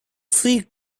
free